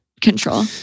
control